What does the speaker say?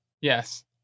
Yes